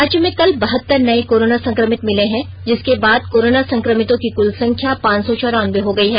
राज्य में कल बहत्तर नए कोरोना संक्रमित मिले हैं जिसके साथ कोरोना संक्रमितों की कुल संख्या पांच सौ चौरानवे हो गयी है